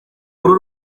uru